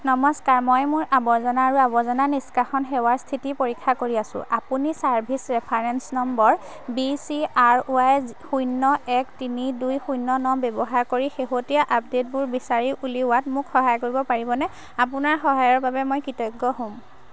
নমস্কাৰ মই মোৰ আৱৰ্জনা আৰু আৱৰ্জনা নিষ্কাশন সেৱাৰ স্থিতি পৰীক্ষা কৰি আছোঁ আপুনি service reference number B C R Y শূন্য এক তিনি দুই শূন্য ন ব্যৱহাৰ কৰি শেহতীয়া আপডে'টবোৰ বিচাৰি উলিওৱাত মোক সহায় কৰিব পাৰিবনে আপোনাৰ সহায়ৰ বাবে মই কৃতজ্ঞ হ'ম